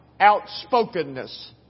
outspokenness